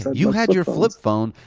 you had your flip phone.